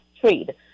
trade